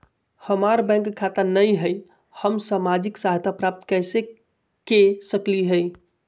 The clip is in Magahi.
हमार बैंक खाता नई हई, हम सामाजिक सहायता प्राप्त कैसे के सकली हई?